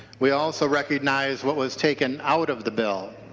we also recognize what was taken out of the bill.